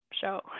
show